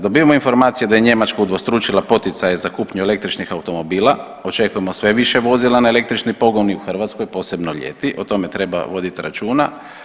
Dobivamo informacije da je Njemačka udvostručila poticaje za kupnju električnih automobila, očekujemo sve više vozila na električni pogon i u Hrvatskoj, posebno ljeti, o tome treba vodit računa.